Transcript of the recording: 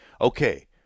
okay